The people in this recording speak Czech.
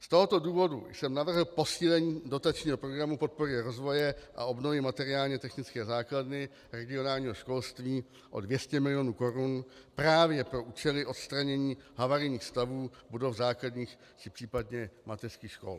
Z tohoto důvodu jsem navrhl posílení dotačního programu podpory rozvoje a obnovy materiálně technické základny regionálního školství o 200 mil. korun právě pro účely odstranění havarijních stavů budov základních případně mateřských škol.